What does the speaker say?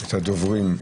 את הדוברים,